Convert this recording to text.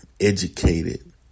educated